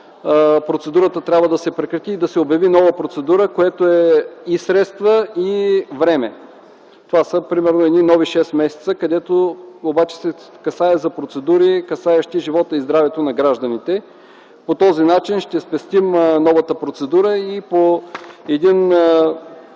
процедурата трябва да се прекрати и да се обяви нова, което е и средства, и време. Това са примерно нови шест месеца, където обаче се отнася за процедури, касаещи живота и здравето на гражданите. По този начин ще спестим новата процедура и по един